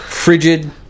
frigid